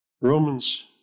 Romans